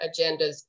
agendas